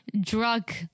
drug